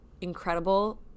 incredible